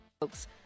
folks